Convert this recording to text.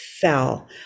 fell